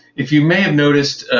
if you may have noticed,